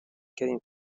getting